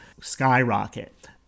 skyrocket